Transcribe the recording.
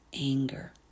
anger